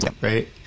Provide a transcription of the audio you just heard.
Right